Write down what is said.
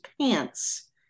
pants